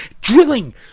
drilling